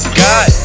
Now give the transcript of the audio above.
god